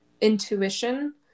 intuition